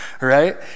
right